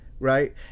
Right